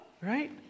right